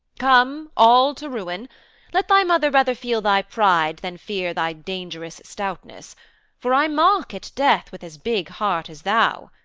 come all to ruin let thy mother rather feel thy pride than fear thy dangerous stoutness for i mock at death with as big heart as thou.